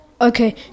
Okay